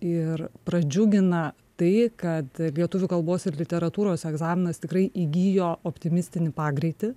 ir pradžiugina tai kad lietuvių kalbos ir literatūros egzaminas tikrai įgijo optimistinį pagreitį